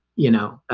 you know, ah,